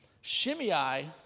Shimei